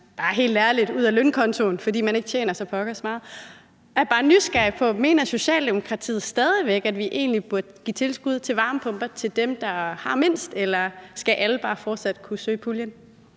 eller helt ærligt bare ud af lønkontoen, fordi man ikke tjener så pokkers meget. Jeg er bare nysgerrig på: Mener Socialdemokratiet stadig væk, at vi egentlig burde give tilskud til varmepumper til dem, der har mindst, eller skal alle bare fortsat kunne søge puljen?